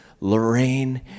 Lorraine